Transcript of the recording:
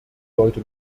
sollte